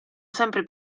sempre